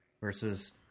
Versus